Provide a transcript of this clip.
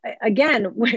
again